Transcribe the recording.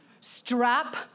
strap